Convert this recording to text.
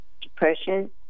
depression